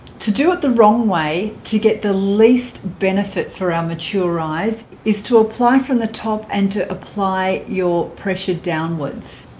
to do it the wrong way to get the least benefit for our mature eyes is to apply from the top and to apply your pressure downwards